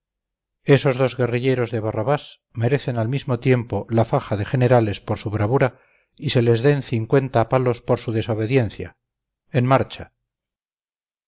esos dos guerrilleros de barrabás merecen al mismo tiempo la faja de generales por su bravura y se les den cincuenta palos por su desobediencia en marcha